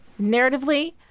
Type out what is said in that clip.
narratively